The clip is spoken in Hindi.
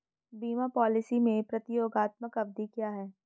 बीमा पॉलिसी में प्रतियोगात्मक अवधि क्या है?